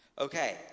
Okay